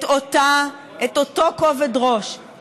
לאותו כובד ראש,